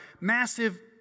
Massive